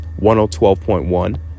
1012.1